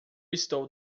estou